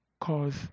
cause